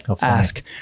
ask